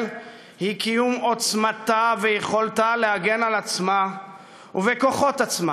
היא קיום עוצמתה ויכולתה להגן על עצמה ובכוחות עצמה,